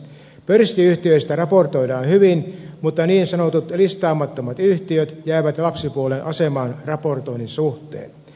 pörssiyhtiöistä raportoidaan hyvin mutta niin sanotut listaamattomat yhtiöt jäävät lapsipuolen asemaan raportoinnin suhteen